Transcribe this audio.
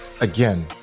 again